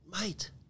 mate